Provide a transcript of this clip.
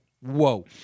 whoa